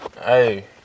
Hey